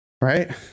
Right